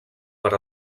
per